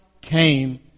came